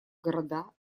города